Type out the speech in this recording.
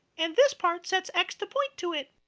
and this part sets x to point to it.